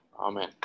amen